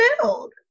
build